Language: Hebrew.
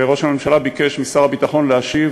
וראש הממשלה ביקש משר הביטחון להשיב.